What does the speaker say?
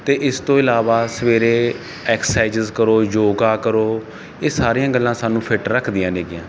ਅਤੇ ਇਸ ਤੋਂ ਇਲਾਵਾ ਸਵੇਰੇ ਐਕਸਾਈਜਸ ਕਰੋ ਯੋਗਾ ਕਰੋ ਇਹ ਸਾਰੀਆਂ ਗੱਲਾਂ ਸਾਨੂੰ ਫਿੱਟ ਰੱਖਦੀਆਂ ਨੇ ਗੀਆਂ